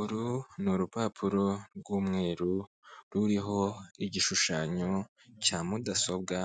uru ni urupapuro rw'umweru ruriho igishushanyo cya mudasobwa